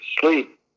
sleep